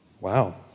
Wow